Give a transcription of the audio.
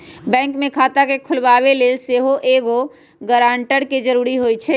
bank में खता खोलबाबे लेल सेहो एगो गरानटर के जरूरी होइ छै